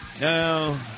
Now